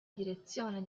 direzione